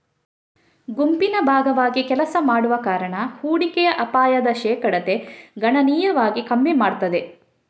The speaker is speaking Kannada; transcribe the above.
ಗುಂಪಿನ ಭಾಗವಾಗಿ ಕೆಲಸ ಮಾಡುವ ಕಾರಣ ಹೂಡಿಕೆಯ ಅಪಾಯದ ಶೇಕಡತೆ ಗಣನೀಯವಾಗಿ ಕಮ್ಮಿ ಮಾಡ್ತದೆ